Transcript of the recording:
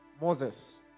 Moses